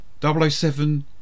007